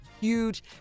huge